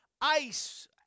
ice